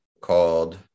called